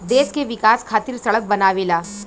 देश के विकाश खातिर सड़क बनावेला